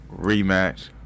rematch